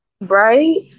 right